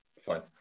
Fine